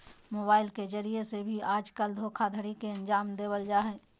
mobile के जरिये से भी आजकल धोखाधडी के अन्जाम देवल जा हय